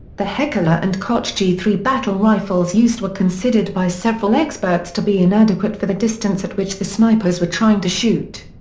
the heckler and koch g three battle rifles used were considered by several experts to be inadequate for the distance at which the snipers were trying to shoot.